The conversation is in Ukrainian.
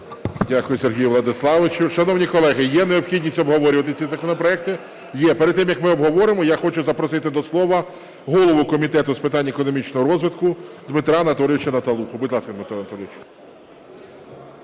Дякую, Сергію Владиславовичу. Шановні колеги, є необхідність обговорювати ці законопроекти? Є. Перед тим, як ми обговоримо, я хочу запросити до слова голову Комітету з питань економічного розвитку Дмитра Анатолійовича Наталуху. Будь ласка, Дмитро Анатолійович.